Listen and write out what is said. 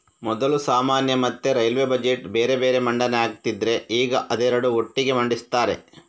ಮೊದಲು ಸಾಮಾನ್ಯ ಮತ್ತೆ ರೈಲ್ವೇ ಬಜೆಟ್ ಬೇರೆ ಬೇರೆ ಮಂಡನೆ ಆಗ್ತಿದ್ರೆ ಈಗ ಅದೆರಡು ಒಟ್ಟಿಗೆ ಮಂಡಿಸ್ತಾರೆ